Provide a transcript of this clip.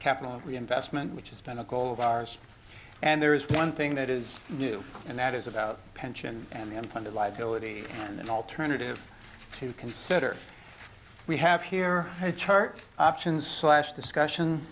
capital investment which has been a goal of ours and there is one thing that is new and that is about pension and funded liability and an alternative to consider we have here chart options last discussion